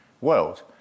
world